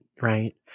right